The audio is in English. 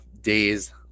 days